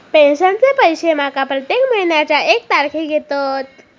पेंशनचे पैशे माका प्रत्येक महिन्याच्या एक तारखेक येतत